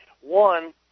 One